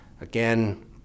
Again